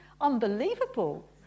unbelievable